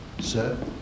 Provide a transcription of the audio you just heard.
Sir